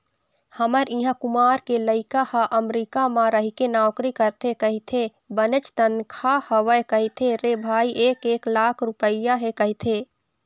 हमर इहाँ कुमार के लइका ह अमरीका म रहिके नौकरी करथे कहिथे बनेच तनखा हवय कहिथे रे भई एक एक लाख रुपइया हे कहिथे